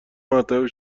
مرتبه